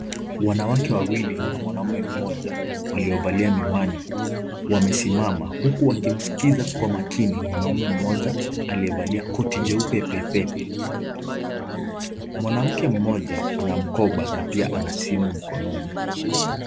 Wanawake wawili na mwanaume mmoja, waliovalia miwani wamesimama huku wakimsikiza kwa makini mwanaume mmoja aliyevalia koti jeupe pepepe. Mwanamke mmoja ana mkoba na pia ana simu mkononi.